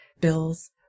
bills